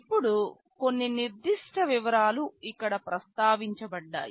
ఇప్పుడు కొన్ని నిర్దిష్ట వివరాలు ఇక్కడ ప్రస్తావించబడ్డాయి